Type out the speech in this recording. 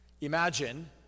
Imagine